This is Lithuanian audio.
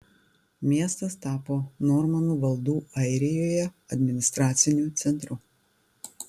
miestas tapo normanų valdų airijoje administraciniu centru